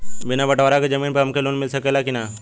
बिना बटवारा के जमीन पर हमके लोन मिल सकेला की ना?